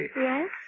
Yes